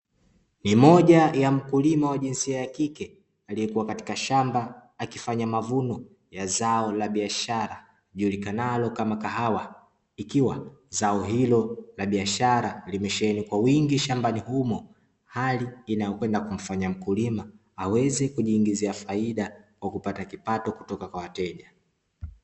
Ni moja ya mkulima wa jinsia ya kike aliyekuwa katika shamba akifanya mavuno ya zao la biashara lijulikanalo kama Kahawa, ikiwa zao hilo la biashara limesheheni kwa wingi shambani humo, hali inayoyokwenda kumfanya mkulima aweze kujiingizia faida kwa kupata kipato kutoka kwa wateja.